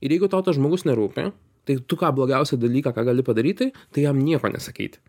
ir jeigu tau tas žmogus nerūpi tai tu ką blogiausią dalyką kq gali padaryti tai jam nieko nesakyti